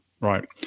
right